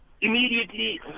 Immediately